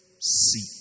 see